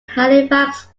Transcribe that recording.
halifax